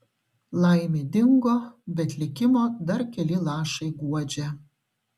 laimė dingo bet likimo dar keli lašai guodžia